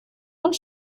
und